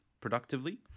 productively